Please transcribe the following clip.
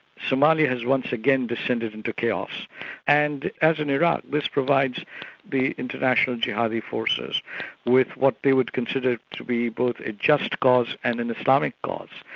somalia has once again descended into chaos and as in iraq, this provides the international jihadi forces with what they would consider to be both a just cause and an islamic cause,